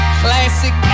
classic